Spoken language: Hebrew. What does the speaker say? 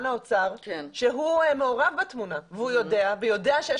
האוצר שהוא מעורב בתמונה והוא יודע ויודע שיש